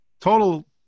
Total